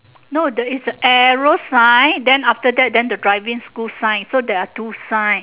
no the is arrow sign then after that then the driving school sign so there are two sign